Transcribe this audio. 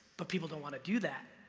but people don't wanna do that.